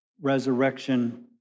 resurrection